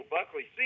Buckley